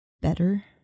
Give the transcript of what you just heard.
Better